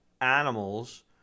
animals